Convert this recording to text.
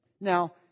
Now